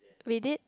we did